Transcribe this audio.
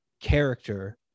character